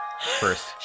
first